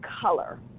color